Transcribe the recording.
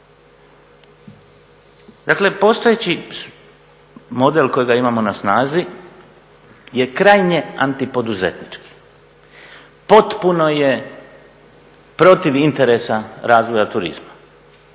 Dakle, postojeći model kojega imamo na snazi je krajnje antipoduzetnički. Potpuno je protiv interesa razvoja turizma.